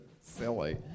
silly